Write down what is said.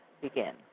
begin